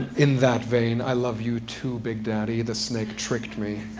in that vein, i love you too, big daddy. the snake tricked me.